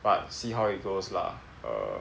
but see how it goes lah err